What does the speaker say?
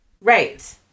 Right